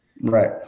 Right